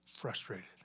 frustrated